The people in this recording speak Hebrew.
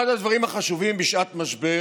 אחד הדברים החשובים בשעת משבר